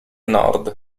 nord